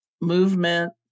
movement